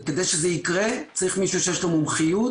וכדי שזה יקרה צריך מישהו שיש לו מומחיות,